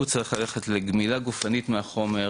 הוא צריך ללכת לגמילה גופנית מהחומר,